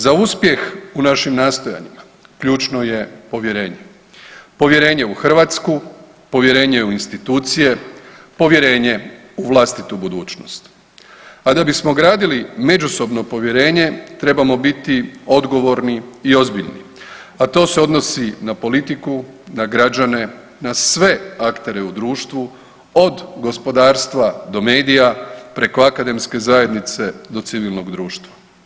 Za uspjeh u našim nastojanjima ključno je povjerenje, povjerenje u Hrvatsku, povjerenje u institucije, povjerenje u vlastitu budućnost, a da bismo gradili međusobno povjerenje, trebamo biti odgovorni i ozbiljni, a to se odnosi na politiku, na građane, na sve aktere u društvu, od gospodarstva do medija, preko akademske zajednice do civilnog društva.